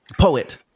poet